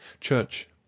church